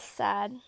sad